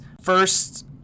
First